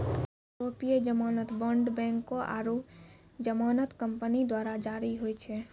यूरोपीय जमानत बांड बैंको आरु जमानत कंपनी द्वारा जारी होय छै